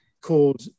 called